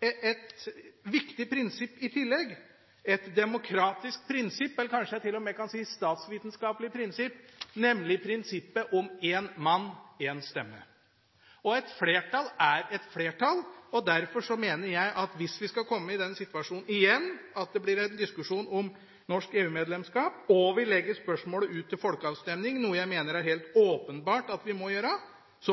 et viktig prinsipp i tillegg, et demokratisk prinsipp – eller kanskje jeg til og med kan si et statsvitenskapelig prinsipp – nemlig prinsippet om én mann én stemme. Et flertall er et flertall, og derfor mener jeg at hvis vi kommer i den situasjonen igjen, at det blir en diskusjon om norsk EU-medlemskap, og vi legger spørsmålet ut til folkeavstemning, noe jeg mener det er helt åpenbart at vi må gjøre,